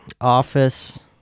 office